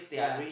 yeah